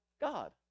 God